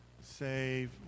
Save